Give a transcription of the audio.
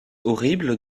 horrible